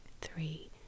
three